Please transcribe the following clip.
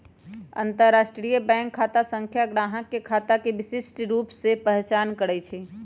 अंतरराष्ट्रीय बैंक खता संख्या गाहक के खता के विशिष्ट रूप से पहीचान करइ छै